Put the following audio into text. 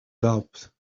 doubt